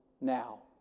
now